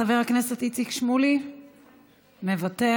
חבר הכנסת איציק שמולי, מוותר,